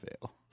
fail